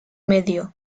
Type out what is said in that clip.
medio